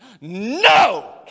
No